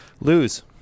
lose